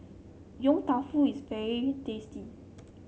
Yong Tau Foo is very tasty